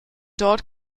dort